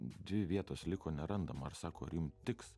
dvi vietos liko nerandam ar sako ar jum tiks